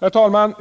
Herr talman!